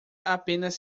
apenas